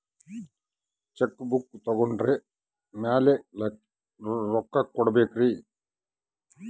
Check book ತೊಗೊಂಡ್ರ ಮ್ಯಾಲೆ ರೊಕ್ಕ ಕೊಡಬೇಕರಿ?